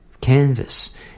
canvas